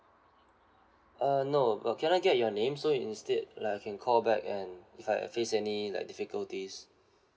uh no but can I get your name so instead like I can call back and if I face any like difficulties